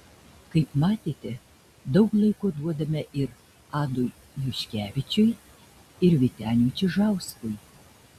kaip matėte daug laiko duodame ir adui juškevičiui ir vyteniui čižauskui